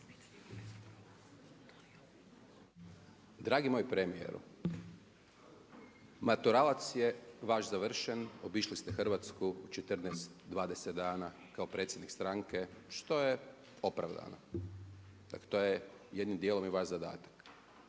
Dragi moj premijeru, maturalac je vaš završen, obišli ste Hrvatsku u 14, 20 dana kao predsjednik stranke, što je opravdano. Dakle to je jednim dijelom i vaš zadatak.